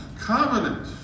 covenant